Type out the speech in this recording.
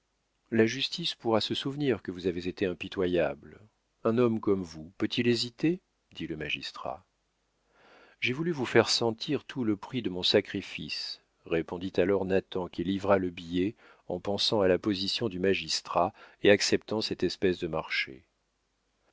la justice pourra se souvenir que vous avez été impitoyable un homme comme vous peut-il hésiter dit le magistrat j'ai voulu vous faire sentir tout le prix de mon sacrifice répondit alors nathan qui livra le billet en pensant à la position du magistrat et acceptant cette espèce de marché